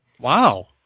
Wow